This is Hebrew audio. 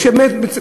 כשבאמת,